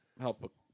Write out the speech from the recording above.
help